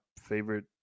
favorite